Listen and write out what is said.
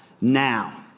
now